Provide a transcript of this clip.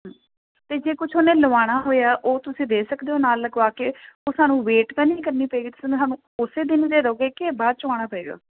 ਤੇ ਜੇ ਕੁਝ ਉਹਨੇ ਲਵਾਣਾ ਹੋਇਆ ਉਹ ਤੁਸੀਂ ਦੇ ਸਕਦੇ ਹੋ ਨਾਲ ਲਗਵਾ ਕੇ ਉਹ ਸਾਨੂੰ ਵੇਟ ਤਾਂ ਨਹੀਂ ਕਰਨੀ ਪਏਗੀ ਤੁਹਾਨੂੰ ਉਸੇ ਦਿਨ ਦੇ ਰਹੋਗੇ ਕਿ ਬਾਅਦ ਚੋਂ ਆਉਣਾ ਪਏਗਾ